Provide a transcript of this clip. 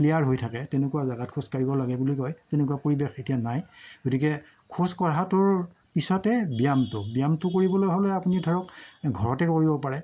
clear হৈ থাকে তেনেকুৱা জাগাত খোজকাঢ়িব লাগে বুলি কয় তেনেকুৱা পৰিৱেশ এতিয়া নাই গতিকে খোজকঢ়াটোৰ পিছতে ব্যায়ামটো ব্যায়ামটো কৰিবলৈ হ'লে আপুনি ধৰক ঘৰতে কৰিব পাৰে